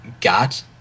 got